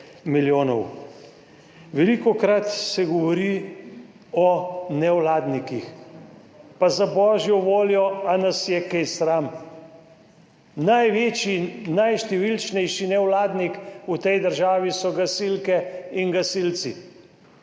Velikokrat se govori o nevladnikih – pa za božjo voljo, ali nas je kaj sram? Največji, najštevilnejši nevladnik v tej državi so gasilke in gasilci.